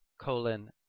colon